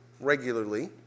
regularly